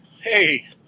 Hey